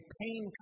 pain